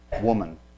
woman